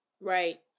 Right